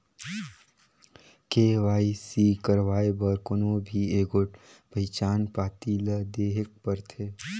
KYC करवाए बर कोनो भी एगोट पहिचान पाती ल देहेक परथे